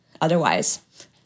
otherwise